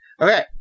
Okay